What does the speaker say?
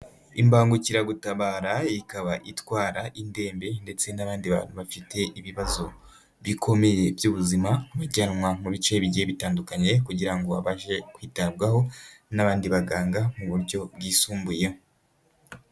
Imbangukiragutabara ikaba itwara indembe ndetse n'abandi bantu bafite ibibazo bikomeye by'ubuzima, bajyanwa mu bice bigiye bitandukanye kugira ngo babashe kwitabwaho n'abandi baganga mu buryo bwisumbuyeho.